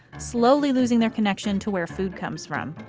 slowly losing their connection to where food comes from.